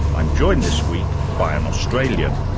i'm joined this week by an australian.